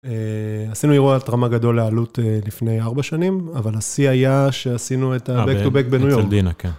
עשינו אירוע רמה גדולה לאלוט לפני ארבע שנים, אבל השיא היה שעשינו את ה-Back to Back בניו יורק.